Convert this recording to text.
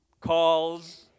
calls